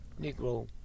Negro